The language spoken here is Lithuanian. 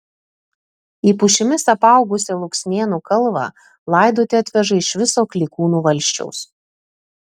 į pušimis apaugusią luksnėnų kalvą laidoti atveža iš viso klykūnų valsčiaus